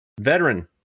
Veteran